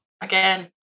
again